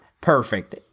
Perfect